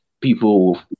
people